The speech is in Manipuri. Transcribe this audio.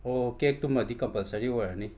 ꯑꯣ ꯀꯦꯛꯇꯨꯃꯗꯤ ꯀꯝꯄꯜꯁꯔꯤ ꯑꯣꯏꯔꯅꯤ